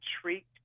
treat